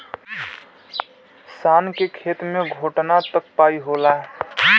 शान के खेत मे घोटना तक पाई होला